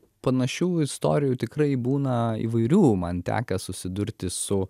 panašių istorijų tikrai būna įvairių man tekę susidurti su